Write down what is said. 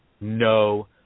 no